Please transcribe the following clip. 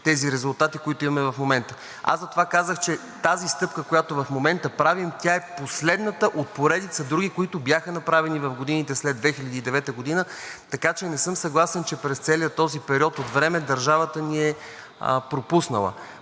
тези резултати, които имаме в момента. Аз затова казах, че тази стъпка, която в момента правим, тя е последната от поредица други, които бяха направени в годините след 2009 г., така че не съм съгласен, че през целия този период от време държавата ни е пропуснала.